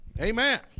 Amen